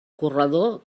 corredor